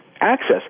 access